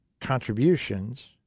Contributions